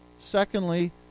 Secondly